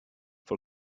for